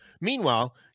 Meanwhile